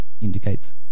indicates